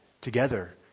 together